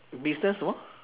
business 什么